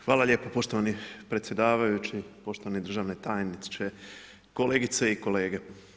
Hvala lijepa poštovani predsjedavajući, poštovani državni tajniče, kolegice i kolege.